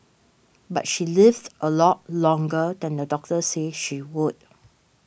but she lived a lot longer than the doctor said she would